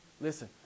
Listen